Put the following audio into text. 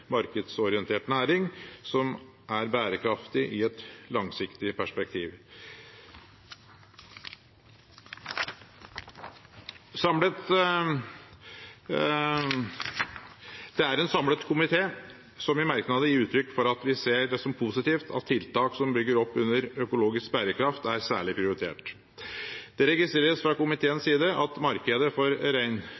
markedsorientert næring, som er bærekraftig i et langsiktig perspektiv. Det er en samlet komité som i merknadene gir uttrykk for at den ser det som positivt at tiltak som bygger opp under økologisk bærekraft, er særlig prioritert. Det registreres fra komiteens